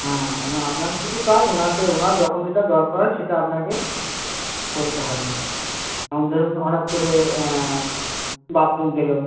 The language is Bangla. আপনার শুধু কাজ ওনাকে ওনার যখন যেটা দরকার হয় সেটা আপনাকে করতে হবে যেমন ধরুন হঠাৎ করে বাথরুম পেল